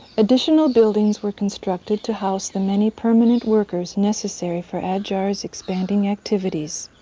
additional buildings were constructed to house the many permanent workers necessary for adyar's expanding activities.